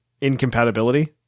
incompatibility